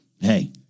Hey